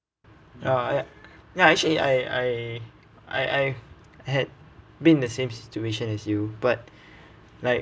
ya uh ya actually I I I I had been in the same situation as you but like